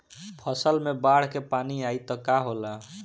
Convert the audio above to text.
फसल मे बाढ़ के पानी आई त का होला?